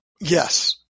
Yes